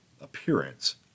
appearance